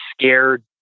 scared